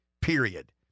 period